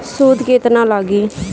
सूद केतना लागी?